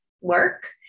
work